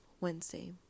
Wednesday